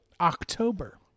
october